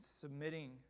submitting